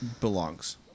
belongs